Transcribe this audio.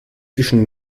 zwischen